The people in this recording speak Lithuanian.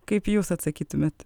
kaip jūs atsakytumėt